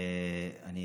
אני